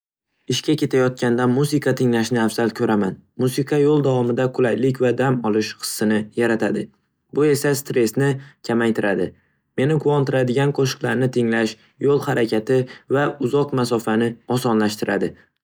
Ishga ketayotganda musiqa tinglashni afzal ko'raman. Musiqa yo'l davomida qulaylik va dam olish hissini yaratadi, bu esa stressni kamaytiradi. Meni quvontiradigan qo'shiqlarni tinglash, yo'l harakati va uzoq masofani osonlashtiradi.